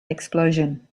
explosion